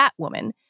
Batwoman